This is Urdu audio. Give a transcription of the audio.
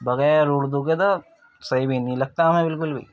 بغیر اردو کے تو صحیح بھی نہیں لگتا ہمیں بالکل بھی